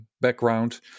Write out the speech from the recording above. background